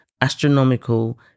astronomical